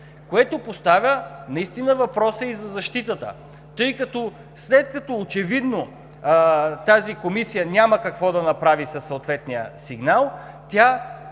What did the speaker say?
Това поставя наистина въпроса и за защитата, тъй като след като очевидно тази комисия няма какво да направи със съответния сигнал, тя